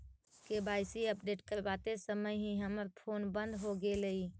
KYC update करवाते समय ही हमर फोन बंद हो गेलई